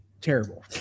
terrible